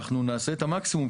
הרי המטרה שלכם,